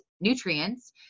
nutrients